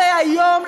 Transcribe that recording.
הרי היום,